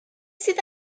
sydd